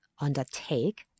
undertake